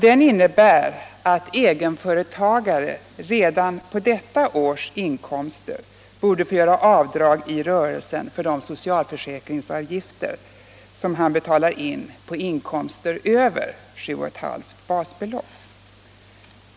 Den innebär att egenföretagare redan från detta års rörelseinkomster borde få göra avdrag för de socialförsäkringsavgifter som han betalar in på inkomster över 7,5 basbelopp.